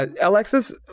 alexis